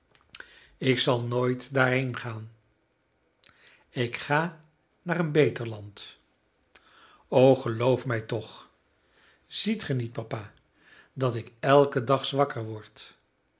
ik zal nooit daarheen gaan ik ga naar een beter land o geloof mij toch ziet ge niet papa dat ik elken dag zwakker word